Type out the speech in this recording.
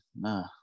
nah